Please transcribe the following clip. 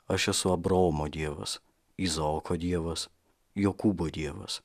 aš esu abraomo dievas izaoko dievas jokūbo dievas